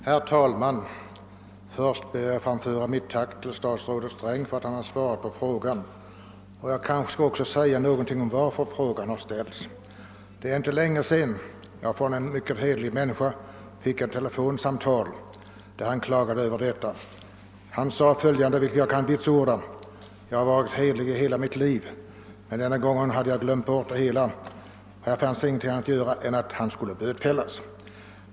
Herr talman! Först ber jag att få framföra mitt tack till statsrådet Sträng för att han har svarat på frågan. Jag kanske skall säga några ord om anledningen till att frågan ställts. Det är inte länge sedan jag fick ett telefonsamtal från en mycket hederlig man som klagade över de förhållanden som nu råder på detta område. Han sade: Jag har varit hederlig i hela mitt liv, men i detta fall hade jag glömt att göra inbetalning. Jag kan vitsorda, herr talman, att denne man alltid varit hederlig, men här fanns det ingenting annat att göra än att bötfälla mannen.